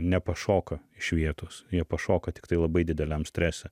nepašoka iš vietos jie pašoka tiktai labai dideliam strese